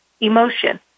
emotion